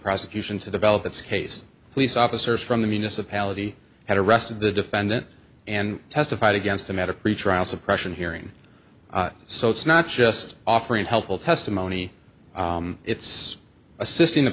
prosecution to develop its case police officers from the municipality had arrested the defendant and testified against him at a pretrial suppression hearing so it's not just offering helpful testimony it's assisting the